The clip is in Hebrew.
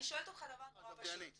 אני שואלת אותך דבר נורא פשוט.